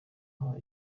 aha